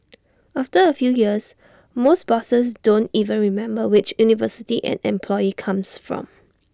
after A few years most bosses don't even remember which university an employee comes from